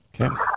Okay